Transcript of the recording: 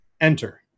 enter